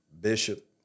Bishop